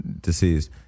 deceased